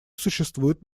существуют